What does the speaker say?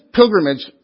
pilgrimage